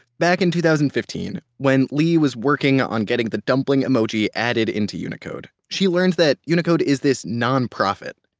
back in two thousand and fifteen when lee was working on getting the dumpling emoji added into unicode, she learned that unicode is this nonprofit,